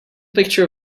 picture